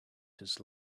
his